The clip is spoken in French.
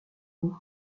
bout